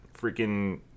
Freaking